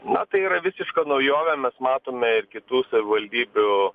na tai yra visiška naujovė mes matome ir kitų savivaldybių